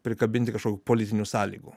prikabinti kažkokių politinių sąlygų